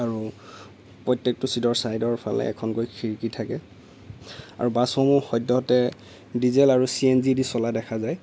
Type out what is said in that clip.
আৰু প্ৰত্যেকটো চিটৰ চাইডৰ ফালে এখনকৈ খিৰিকি থাকে আৰু বাছসমূহ সদ্যহতে ডিজেল আৰু চি এন জি দি চলা দেখা যায়